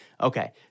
Okay